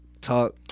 talk